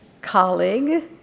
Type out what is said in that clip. colleague